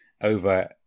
over